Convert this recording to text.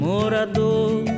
Morador